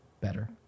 better